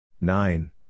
Nine